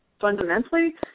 fundamentally